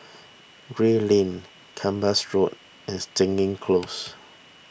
Gray Lane Kempas Road and Stangee Close